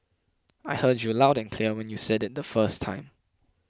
I heard you loud and clear when you said it the first time